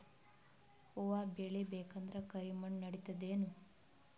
ಹುವ ಬೇಳಿ ಬೇಕಂದ್ರ ಕರಿಮಣ್ ನಡಿತದೇನು?